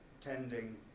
tending